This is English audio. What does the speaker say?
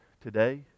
today